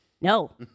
no